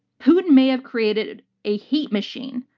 putin may have created a hate machine,